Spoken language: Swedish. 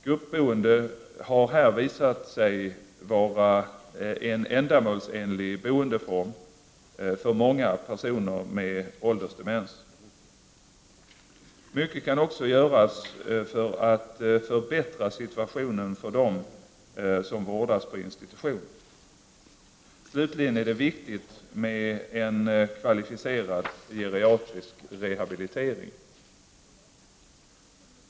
Gruppboende har här visat sig vara en ändamålsenlig boendeform för många personer med åldersdemens. Mycket kan också göras för att förbättra situationen för dem som vårdas på institution. Slutligen är det viktigt med en kvalificerad geriatrisk rehabilitering.